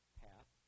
path